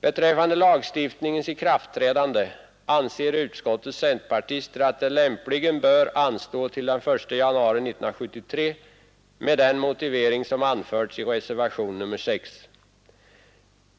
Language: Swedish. Beträffande lagstiftningens ikraftträdande anser utskottets centerpartister att detta lämpligen bör anstå till den 1 januari 1973 med den motivering som anföres i reservationen 6.